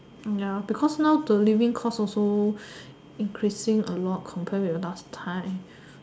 uh ya because now the living cost also increasing a lot compare with last time